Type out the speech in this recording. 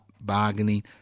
bargaining